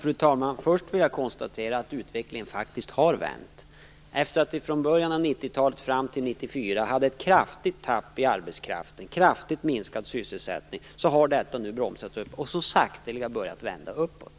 Fru talman! Först vill jag konstatera att utvecklingen faktiskt har vänt. Efter att från början av 1990 talet fram till 1994 ha haft en kraftig nedgång i arbetskraft och kraftigt minskad sysselsättning har vi ändå nu börjat bromsa upp denna utveckling, och i stället börjar den så sakteliga vända uppåt.